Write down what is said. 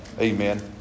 Amen